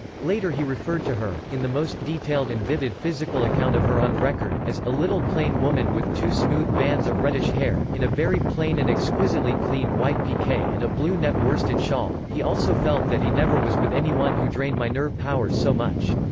later he referred to her, in the most detailed and vivid physical account of her on record, as a little plain woman with two smooth bands of reddish hair. in a very plain and exquisitely clean white pique and a blue net worsted shawl. he also felt that he never was with any one who drained my nerve power so much.